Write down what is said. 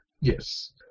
Yes